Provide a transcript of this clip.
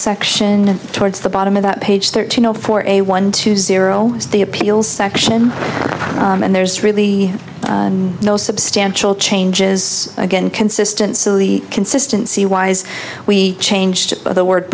section towards the bottom of that page thirteen zero four a one to zero the appeal section and there's really no substantial changes again consistent silly consistency wise we changed it by the word